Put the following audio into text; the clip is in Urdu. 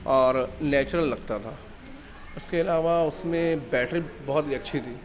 اور نیچرل لگتا تھا اس کے علاوہ اس میں بیٹری بہت ہی اچھی تھی